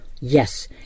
Yes